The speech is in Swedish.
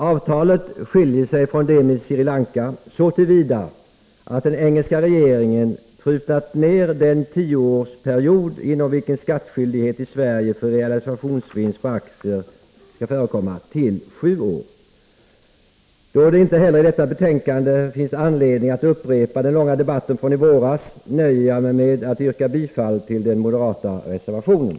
Avtalet skiljer sig från det med Sri Lanka så till vida att den engelska regeringen prutat ner den period inom vilken skattskyldighet i Sverige för realisationsvinst på aktier skall förekomma från tio till sju år. Då det inte heller när det gäller detta betänkande finns anledning att upprepa den långa debatten från i våras nöjer jag mig med att yrka bifall till den moderata reservationen.